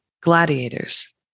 gladiators